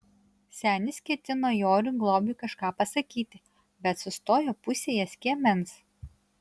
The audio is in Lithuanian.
senis ketino joriui globiui kažką pasakyti bet sustojo pusėje skiemens